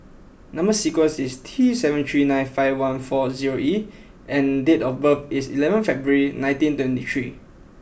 number sequence is T seven three nine five one four zero E and date of birth is eleven February nineteen twenty three